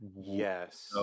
Yes